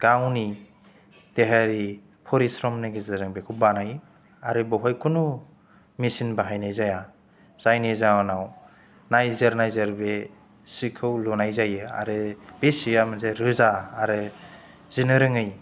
गावनि देहायारि फरिश्रमनि गेजेरजों बेखौ बानायो आरो बहाय खुनु मेशिन बाहायनाय जाया जायनि जाउनाव नायजोर नायजोर बे सिखौ लुनाय जायो आरो बे सिया मोनसे रोजा आरो जिनो रोङै